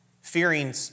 fearing